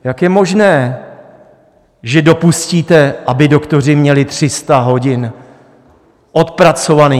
Jak je možné, že dopustíte, aby doktoři měli 300 hodin odpracovaných?